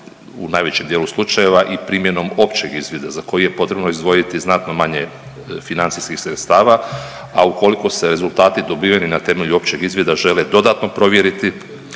u najvećim djelu slučajeva i primjenom općeg izvida za koji je potrebno izdvojiti znatno manje financijskih sredstava, a ukoliko se rezultati dobiveni na temelju općeg izvida žele dodatno provjeriti